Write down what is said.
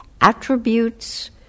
attributes